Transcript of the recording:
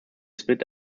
split